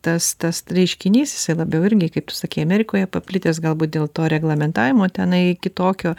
tas tas reiškinys jisai labiau irgi kaip tu sakei amerikoje paplitęs galbūt dėl to reglamentavimo tenai kitokio